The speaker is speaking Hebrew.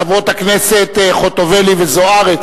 הצעת חוק העונשין (תיקון,